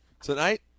Tonight